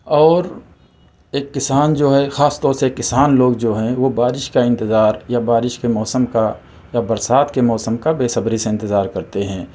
اور ایک کسان جو ہے خاص طور سے کسان لوگ جو ہیں وہ بارش کا اِنتظار یا بارش کے موسم کا یا برسات کے موسم کا بے صبری سے انتظار کرتے ہیں